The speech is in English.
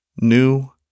New